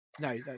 No